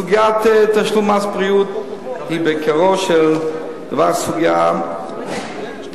סוגיית תשלום מס בריאות היא בעיקרו של דבר סוגיה פיסקלית,